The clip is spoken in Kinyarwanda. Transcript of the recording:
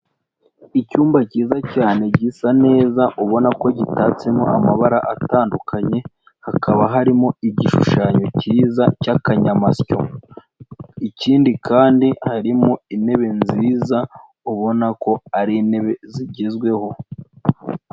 Icyumba cyiza cyane gisa neza ubona ko gitatsemo amabara atandukanye, hakaba harimo igishushanyo cyiza cy'akanyamasyo, ikindi kandi harimo intebe nziza ubona ko ari intebe zigezweho.